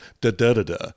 da-da-da-da